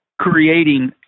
creating